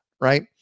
right